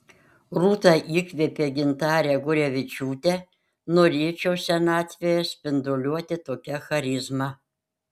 rūta įkvėpė gintarę gurevičiūtę norėčiau senatvėje spinduliuoti tokia charizma